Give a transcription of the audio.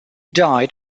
died